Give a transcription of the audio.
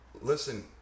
listen